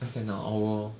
less than an hour lor